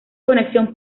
conexión